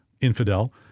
infidel